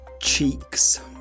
Cheeks